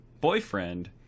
boyfriend